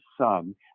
son